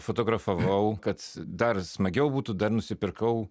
fotografavau kad dar smagiau būtų dar nusipirkau